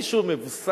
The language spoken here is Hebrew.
זה יישוב מבוסס,